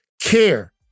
Care